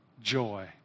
joy